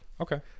okay